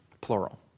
plural